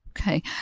Okay